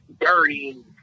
Dirty